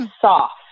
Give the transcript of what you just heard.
soft